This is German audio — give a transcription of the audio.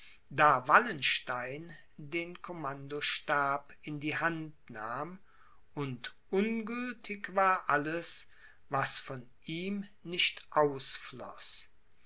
da wallenstein den commandostab in die hand nahm und ungültig war alles was von ihm nicht ausfloß